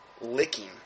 licking